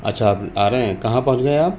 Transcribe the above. اچھا آپ آ رہے ہیں کہاں پہنچ گئے آپ